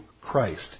Christ